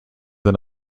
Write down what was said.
than